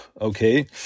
okay